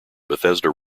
bethesda